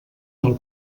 del